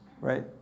right